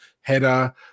header